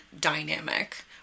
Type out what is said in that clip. dynamic